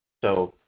so,